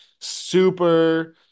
super